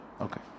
Okay